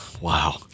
Wow